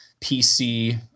pc